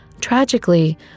Tragically